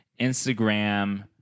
Instagram